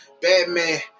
Batman